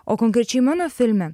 o konkrečiai mano filme